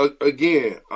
Again